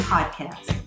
Podcast